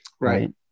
Right